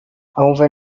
over